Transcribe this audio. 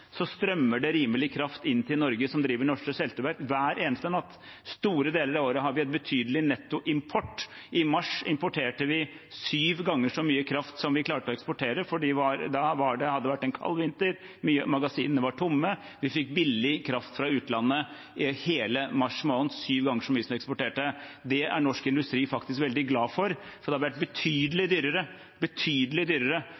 Store deler av året har vi en betydelig nettoimport. I mars importerte vi syv ganger så mye kraft som vi klarte å eksportere, for da hadde det vært en kald vinter, magasinene var tomme. Vi fikk billig kraft fra utlandet hele mars måned – syv ganger så mye som vi eksporterte. Det er norsk industri faktisk veldig glad for. Det hadde vært betydelig dyrere